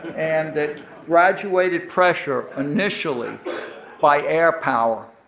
and that graduated pressure, initially by air power,